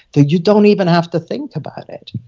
though you don't even have to think about it.